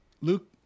Luke